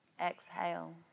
Exhale